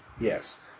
yes